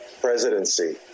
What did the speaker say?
presidency